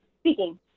Speaking